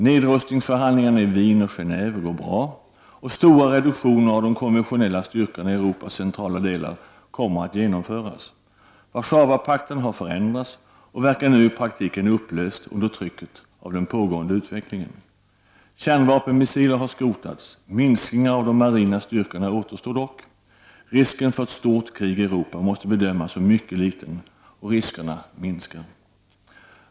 Nedrustningsförhandlingarna i Wien och Genéve går bra, och stora reduktioner av de konventionella styrkorna i Europas centrala delar kommer att genomföras. Warszawapakten har förändrats och verkar nu i praktiken upplöst under trycket av den pågående utvecklingen. Kärnvapenmissiler har skrotats. Minskningar av de marina styrkorna återstår dock. Risken för ett stort krig i Europa måste bedömas som mycket liten, och riskerna minskar.